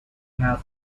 have